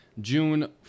June